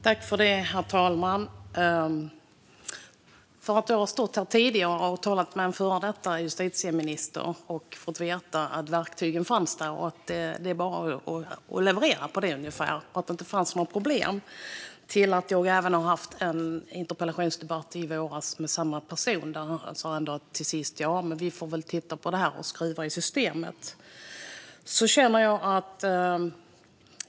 Herr talman! Jag har stått här tidigare och talat med den före detta justitieministern och fått veta att verktygen fanns där och att det bara var att leverera på det, ungefär. Det fanns inga problem. Jag hade även i våras en interpellationsdebatt med samma person. Då sa han ändå till sist: Ja, vi får väl titta på det och skruva i systemet.